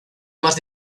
más